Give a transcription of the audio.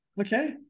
Okay